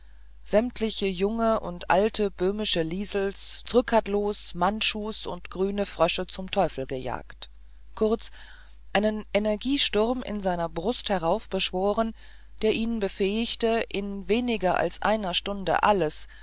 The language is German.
sämtliche junge und alte böhmische liesels zrcadlos mandschus und grüne frösche zum teufel gejagt kurz einen energiesturm aus seiner brust heraufbeschworen der ihn befähigte in weniger als einer stunde alles